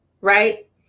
right